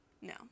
No